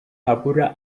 habura